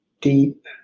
deep